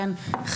אם היא חברתית,